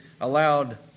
allowed